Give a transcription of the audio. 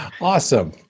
Awesome